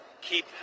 keep